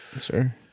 Sure